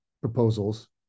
proposals